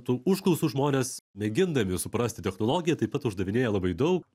tų užklausų žmonės mėgindami suprasti technologiją taip pat uždavinėja labai daug